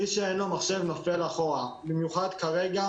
למי שאין מחשב, נופל אחורה, במיוחד כרגע.